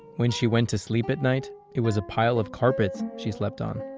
when she went to sleep at night, it was a pile of carpets she slept on